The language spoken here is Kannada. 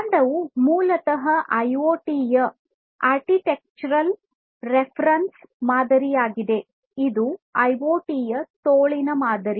ಕಾಂಡವು ಮೂಲತಃ ಐಒಟಿಯ ಆರ್ಕಿಟೆಕ್ಚರಲ್ ರೆಫರೆನ್ಸ್ ಮಾದರಿಯಾಗಿದೆ ಇದು ಐಒಟಿಯ ತೋಳಿನ ಮಾದರಿ